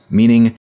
meaning